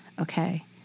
okay